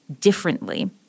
differently